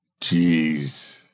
Jeez